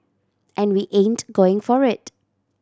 and we ain't going for it